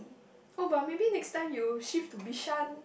oh but maybe next time you shift to Bishan